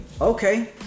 Okay